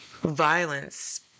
violence